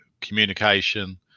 communication